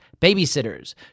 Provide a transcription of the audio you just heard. babysitters